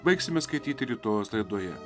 baigsime skaityti rytojaus laidoje